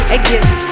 Exist